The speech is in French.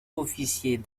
officier